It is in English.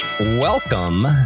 Welcome